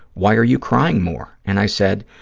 why are you crying more? and i said,